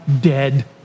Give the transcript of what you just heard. dead